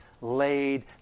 laid